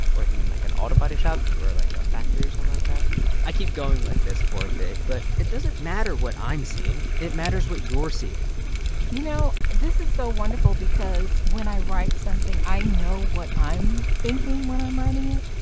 working in, like, an auto body shop or, like, a factory or something like that i keep going like this for a bit. but it doesn't matter what i'm seeing. it matters what you're seeing you know, this is so wonderful because when i write something, i know what i'm thinking when i'm writing it.